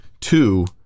two